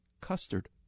custard